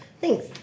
Thanks